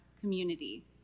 community